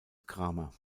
cramer